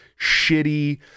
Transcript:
shitty